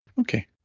Okay